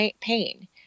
pain